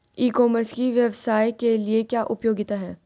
ई commerce की व्यवसाय के लिए क्या उपयोगिता है?